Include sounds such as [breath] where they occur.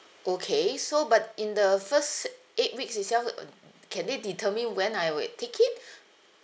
okay so but in the first eight weeks itself um can they determine when I would take it [breath]